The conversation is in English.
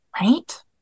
Right